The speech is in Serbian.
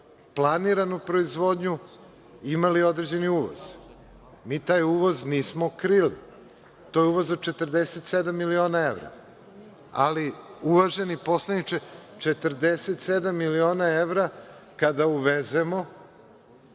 planiranu proizvodnju imali određeni uvoz. Mi taj uvoz nismo krili, to je uvoz za 47 miliona evra, ali uveži poslaniče 47 miliona evra kada uvezemo,